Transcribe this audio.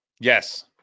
Yes